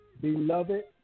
Beloved